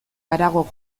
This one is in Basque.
harago